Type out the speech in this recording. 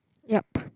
yup